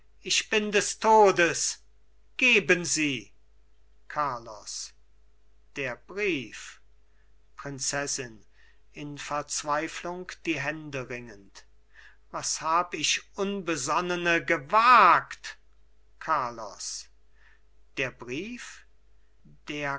ich bin des todes geben sie carlos der brief prinzessin in verzweiflung die hände ringend was hab ich unbesonnene gewagt carlos der brief der